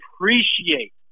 appreciate